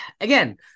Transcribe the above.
again